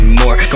more